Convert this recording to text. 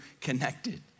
connected